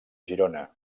girona